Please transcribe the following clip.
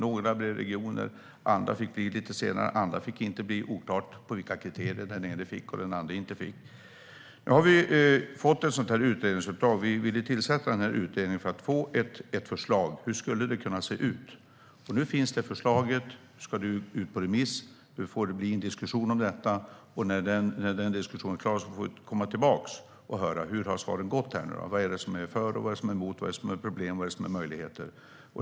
Några blev regioner, och andra fick bli det lite senare - medan några inte fick bli det. Det var oklart på vilka kriterier den ena fick och den andra inte fick. Nu har vi fått ett utredningsförslag. Vi ville tillsätta utredningen för att få ett förslag på hur det skulle kunna se ut, och nu finns det förslaget. Det ska ut på remiss, och det får bli en diskussion om det. När diskussionen är klar får vi komma tillbaka och höra hur det har gått. Vad är för, och vad är emot? Vad är det som är problem, och vad är det som är möjligheter?